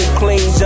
clean